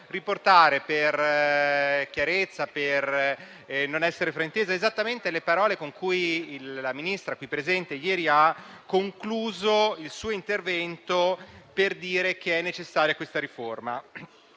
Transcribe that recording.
riportare per chiarezza e per non essere frainteso esattamente le parole con cui la Ministra qui presente ieri ha concluso il suo intervento per dire che è necessaria questa riforma.